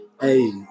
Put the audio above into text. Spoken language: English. Hey